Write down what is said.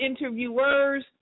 interviewers